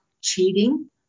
cheating